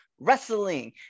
wrestling